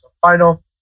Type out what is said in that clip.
final